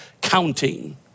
counting